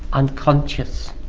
unconscious.